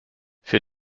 für